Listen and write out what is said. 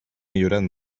millorat